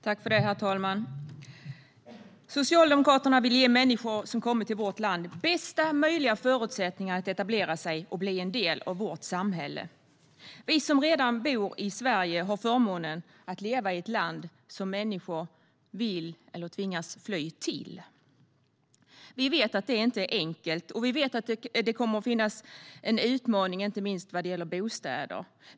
Herr talman! Socialdemokraterna vill ge människor som har kommit till vårt land bästa möjliga förutsättningar att etablera sig och bli en del av vårt samhälle. Vi som redan bor i Sverige har förmånen att leva i ett land som människor vill eller tvingas fly till. Vi vet att det inte är enkelt, och vi vet att det kommer att finnas en utmaning inte minst vad gäller bostäder.